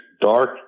dark